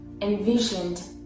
envisioned